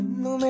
no